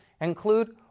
include